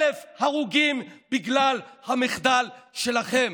1,000 הרוגים בגלל המחדל שלכם.